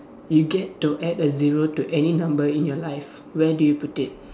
you get to add a zero to any number in your life where do you put it